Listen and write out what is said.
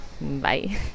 Bye